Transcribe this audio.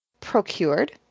procured